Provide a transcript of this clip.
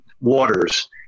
waters